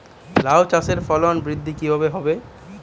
লাউ চাষের ফলন বৃদ্ধি কিভাবে হবে?